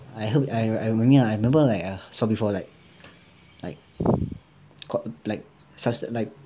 I heard I I rememeber like I saw before like like got like like